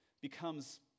becomes